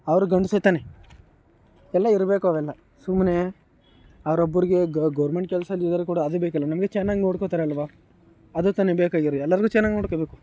ಅವರು ಗಂಡಸೆ ತಾನೇ ಎಲ್ಲ ಇರಬೇಕು ಅವೆಲ್ಲ ಸುಮ್ಮನೆ ಅವರೊಬ್ರಿಗೆ ಗೌರ್ಮೆಂಟ್ ಕೆಲಸದಲ್ಲಿ ಇರೋರು ಕೂಡ ಅದು ಬೇಕಲ್ಲ ನಮಗೆ ಚೆನ್ನಾಗಿ ನೋಡ್ಕೊಳ್ತಾರಲ್ವ ಅದು ತಾನೇ ಬೇಕಾಗಿರೋ ಎಲ್ಲರನ್ನೂ ಚೆನ್ನಾಗಿ ನೋಡ್ಕೊಳ್ಬೇಕು